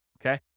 okay